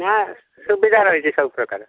ନା ସୁବିଧା ରହିଛି ସବୁ ପ୍ରକାର